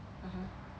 (uh huh)